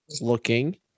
looking